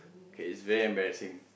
okay it's very embarrassing